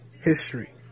History